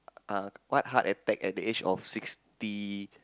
uh what heart attack at the age of sixty